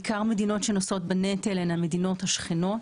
עיקר המדינות שנושאות בנטל הן המדינות השכנות.